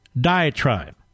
diatribe